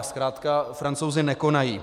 Zkrátka Francouzi nekonají.